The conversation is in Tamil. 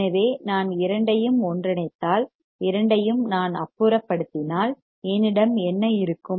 எனவே நான் இரண்டையும் ஒன்றிணைத்தால் இரண்டையும் நான் அப்புறப்படுத்தினால் என்னிடம் என்ன இருக்கும்